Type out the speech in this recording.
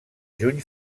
juny